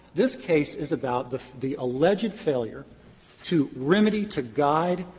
this case is about the the alleged failure to remedy, to guide,